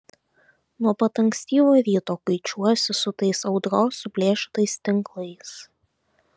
nuo pat ankstyvo ryto kuičiuosi su tais audros suplėšytais tinklais